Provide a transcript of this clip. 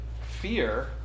fear